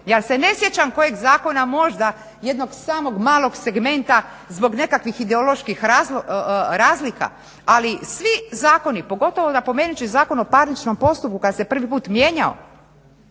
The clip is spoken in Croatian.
Ja se ne sjećam kojeg zakona možda jednog samo malog segmenta zbog nekakvih ideoloških razlika, ali svi zakoni pogotovo napomenut ću Zakon o parničnom postupku kad se prvi put mijenjao,